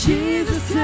Jesus